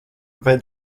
vai